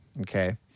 okay